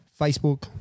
Facebook